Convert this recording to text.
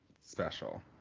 special